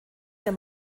der